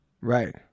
Right